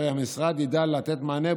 הרי המשרד ידע לתת מענה,